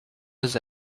his